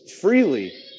Freely